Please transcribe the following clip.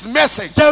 message